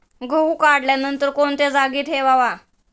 गहू काढल्यानंतर कोणत्या जागी ठेवावा?